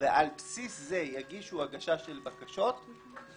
ועל בסיס זה יגישו הגשה של בקשות ויידונו